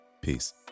Peace